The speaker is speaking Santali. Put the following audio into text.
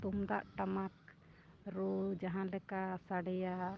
ᱛᱩᱢᱫᱟᱜ ᱴᱟᱢᱟᱠ ᱨᱩ ᱡᱟᱦᱟᱸ ᱞᱮᱠᱟ ᱥᱟᱰᱮᱭᱟ